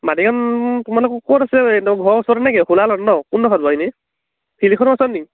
মাটিকণ তোমালোকৰ ক'ত আছে ঘৰৰ ওচৰতে নে কি সোলালত নহ্ কোনডোখৰত বাৰু এনেই ফিল্ডখনৰ ওচৰত নি